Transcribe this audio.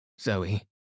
Zoe